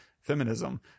feminism